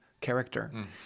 character